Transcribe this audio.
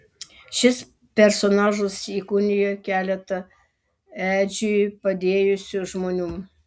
šis personažas įkūnija keletą edžiui padėjusių žmonių